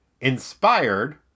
inspired